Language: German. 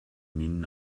minen